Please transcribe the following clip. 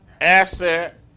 asset